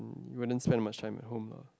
wouldn't spend more time at home lah